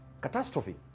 catastrophe